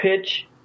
pitch